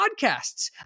podcasts